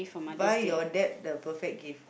buy your dad the perfect gift